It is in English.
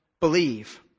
Believe